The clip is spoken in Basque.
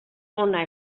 hona